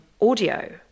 audio